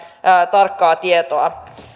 tarkkaa tietoa